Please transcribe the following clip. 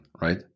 right